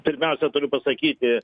pirmiausia turiu pasakyti